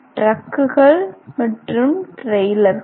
டிரக்குகள் மற்றும் டிரெய்லர்கள்